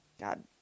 god